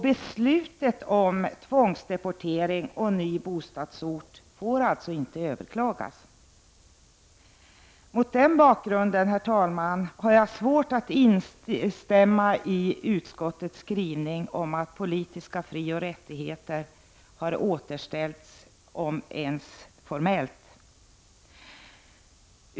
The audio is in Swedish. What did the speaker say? Beslutet om tvångsdeportering och ny bostadsort får inte överklagas. Mot den bakgrunden, herr talman, har jag svårt att instämma i skrivningen om att politiska frioch rättigheter har återställts ens formellt i Turkiet.